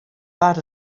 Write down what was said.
waard